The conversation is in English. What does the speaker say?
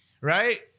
right